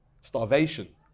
starvation